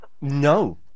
no